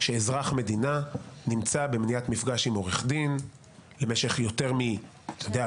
שאזרח מדינה נמצא במניעת מפגש עם עורך דין למשך יותר מיממה,